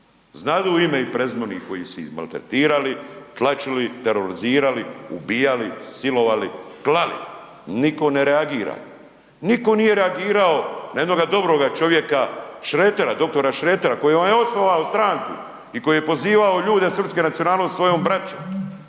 Znadu ime i prezime onih kojih su ih maltretirali, tlačili, terorizirali, ubijali, silovali, klali, niko ne reagira. Niko nije reagirao na jednoga dobroga čovjeka Šretera, dr. Šretera koji vam je osnovao stranku i koji je prozivao ljude srpske nacionalnosti svojom braćom,